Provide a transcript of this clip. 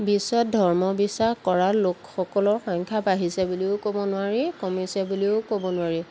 বিশ্বত ধৰ্ম বিশ্বাস কৰা লোকসকলৰ সংখ্যা বাঢ়িছে বুলিও ক'ব নোৱাৰি কমিছে বুলিও ক'ব নোৱাৰি